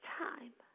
time